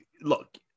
Look